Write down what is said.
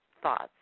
thoughts